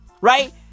Right